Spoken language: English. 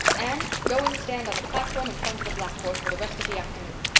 anne, go and stand on the platform in front of the blackboard for the rest of the afternoon.